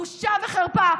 בושה וחרפה.